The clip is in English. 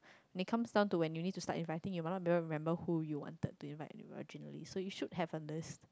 they comes down to when you start in writing you rather didn't remember who you wanted do you write about originally so you should have on this